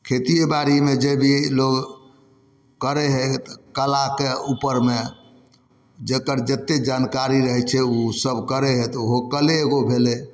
खेतिए बाड़ीमे जे भी लोक करै हइ तऽ कलाके उपरमे जकर जतेक जानकारी रहै छै ओसब करै हइ तऽ ओहो कले एगो भेलै